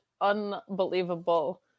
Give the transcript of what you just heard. Unbelievable